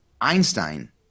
Einstein